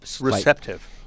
Receptive